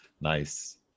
Nice